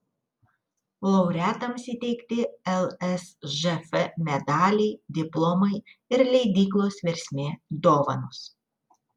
laureatams įteikti lsžf medaliai diplomai ir leidyklos versmė dovanos